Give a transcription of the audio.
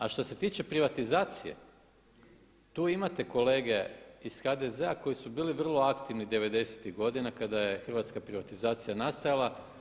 A što se tiče privatizacije tu imate kolege iz HDZ-a koji su bili vrlo aktivni devedesetih godina kada je hrvatska privatizacija nastajala.